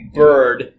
bird